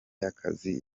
y’akazi